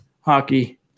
hockey